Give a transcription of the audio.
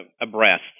abreast